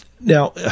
Now